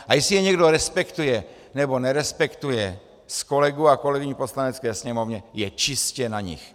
A jestli je někdo respektuje, nebo nerespektuje z kolegů a kolegyň v Poslanecké sněmovně, je čistě na nich.